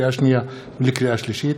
לקריאה שנייה ולקריאה שלישית,